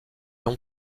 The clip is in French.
ont